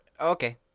Okay